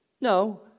No